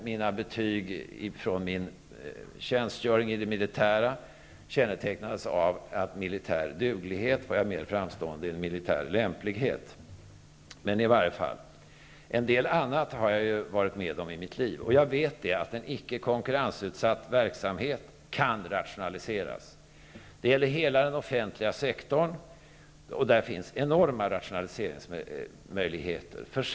Mina betyg från min tjänstgöring i det militära kännetecknades av att jag var mer framstående i militär duglighet än i militär lämplighet. Jag har emellertid varit med om en del annat i mitt liv. Jag vet att en icke konkurrensutsatt verksamhet kan rationaliseras. Det gäller hela den offentliga sektorn. Där finns enorma rationaliseringsmöjligheter.